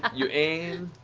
you aim,